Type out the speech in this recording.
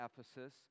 Ephesus